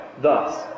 thus